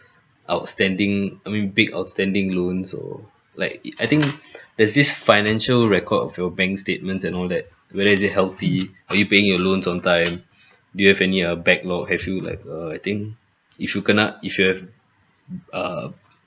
outstanding I mean big outstanding loans or like I think there's this financial record of your bank statements and all that whether is it healthy are you paying your loans on time do you have any uh backlog have you like err I think if you kena if you have err